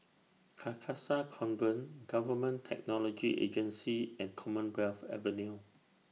Carcasa Convent Government Technology Agency and Commonwealth Avenue